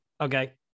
okay